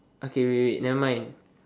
okay wait wait wait nevermind